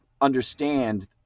understand